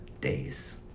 days